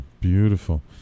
Beautiful